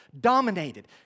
dominated